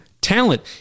talent